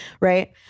right